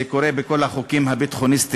זה קורה בכל החוקים הביטחוניסטיים,